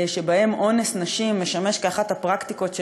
שבה אונס נשים הוא אחת הפרקטיקות של